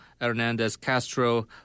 Hernandez-Castro